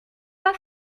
pas